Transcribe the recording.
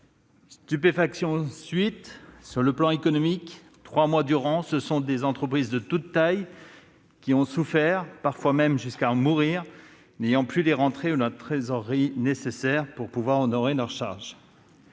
Stupéfaction, ensuite, sur le plan économique : trois mois durant, ce sont des entreprises de toute taille qui ont souffert, parfois jusqu'à en mourir, n'ayant plus les rentrées d'argent ou la trésorerie nécessaires pour pouvoir honorer leurs charges.